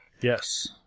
Yes